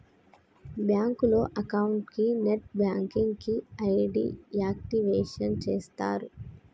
బ్యాంకులో అకౌంట్ కి net banking కి ఐడి యాక్టివేషన్ చేస్తరు